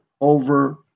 over